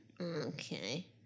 Okay